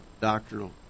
Doctrinal